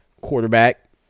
quarterback